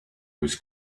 was